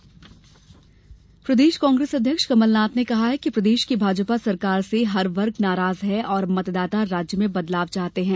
कमलनाथ प्रदेश कांग्रेस अध्यक्ष कमलनाथ ने कहा है कि प्रदेश की भाजपा सरकार से हर वर्ग नाराज है और मतदाता राज्य में बदलाव चाहते हैं